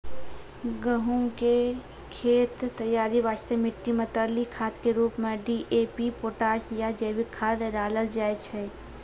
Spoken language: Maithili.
गहूम के खेत तैयारी वास्ते मिट्टी मे तरली खाद के रूप मे डी.ए.पी पोटास या जैविक खाद डालल जाय छै